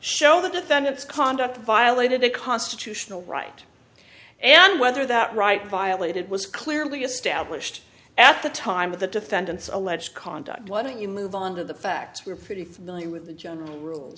show the defendant's conduct violated a constitutional right and whether that right violated was clearly established at the time of the defendant's alleged conduct what you move on to the facts we're pretty familiar with the general rules